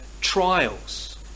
trials